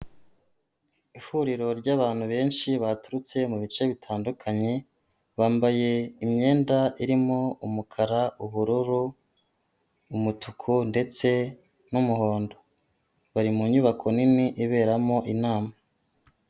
Ihuriro ry'abantu benshi baturutse mu bice bitandukanye, bambaye imyenda irimo umukara, ubururu, umutuku ndetse n'umuhondo, bari mu nyubako nini iberamo inama.